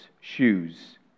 shoes